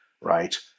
right